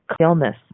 Illness